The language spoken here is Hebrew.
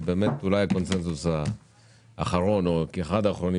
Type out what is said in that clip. זה אולי הקונצנזוס האחרון או אחד האחרונים